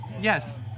Yes